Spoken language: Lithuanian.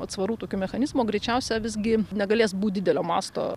atsvarų tokių mechanizmo greičiausia visgi negalės būti didelio masto